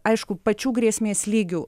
aišku pačių grėsmės lygių